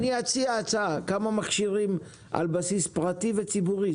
כמה מכשירים על בסיס פרטי וציבורי?